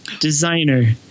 designer